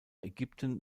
ägypten